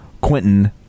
Quentin